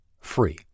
free